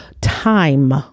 time